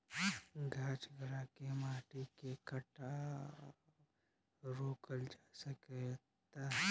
गाछ लगा के माटी के कटाव रोकल जा सकता